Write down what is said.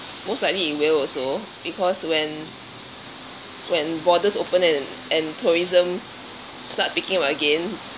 most likely it will also because when when borders open and and tourism start picking up again